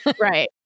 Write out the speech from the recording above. Right